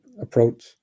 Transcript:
approach